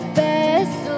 best